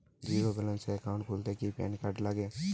Zero balance account খুলতে কি PAN card লাগে?